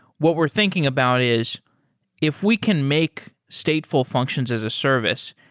what we're thinking about is if we can make stateful functions as a service,